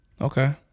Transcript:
Okay